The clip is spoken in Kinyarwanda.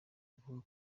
avuga